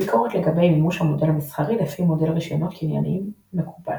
ביקורת לגבי מימוש המודל המסחרי לפי מודל רישיונות קנייניים מקובל